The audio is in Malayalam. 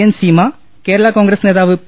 എൻ സീമ കേരള കോൺഗ്രസ് നേതാവ് പി